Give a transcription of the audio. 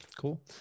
cool